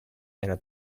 era